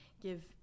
give